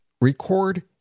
record